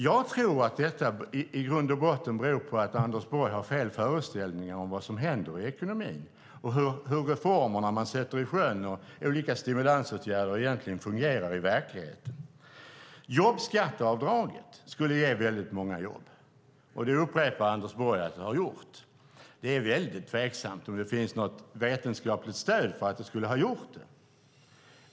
Jag tror att det i grund och botten handlar om att Anders Borg har fel föreställningar om vad som händer i ekonomin och hur reformerna som man sätter i sjön och olika stimulansåtgärder egentligen fungerar i verkligheten. Jobbskatteavdraget skulle ge många jobb, och Anders Borg upprepar att det har gjort det. Det är väldigt tveksamt om det finns något vetenskapligt stöd för att det skulle ha gjort det.